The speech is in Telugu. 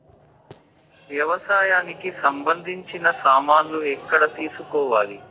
వ్యవసాయానికి సంబంధించిన సామాన్లు ఎక్కడ తీసుకోవాలి?